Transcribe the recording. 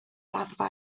raddfa